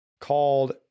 called